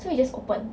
so we just open